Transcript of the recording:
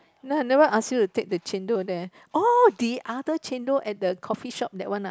no never ask you to take the chendol there oh the other chendol at the coffee shop that one ah